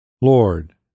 Lord